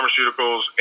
pharmaceuticals